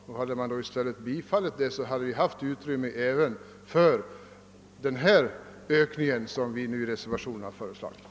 Om riksdagen i stället hade bifallit förslaget, hade det funnits utrymme för den kostnadsökning som följer med vårt förslag i reservationen.